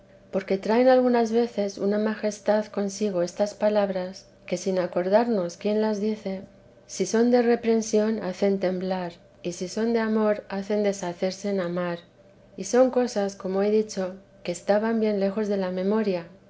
porque traen algunas veces una majestad consigo estas palabras que sin acordarnos quién las dice si son de la santa madee de reprensión hacen temblar y si son de amor hacen deshacerse en amar y son cosas como he dicho que estaban bien lejos de la memoria